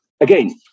Again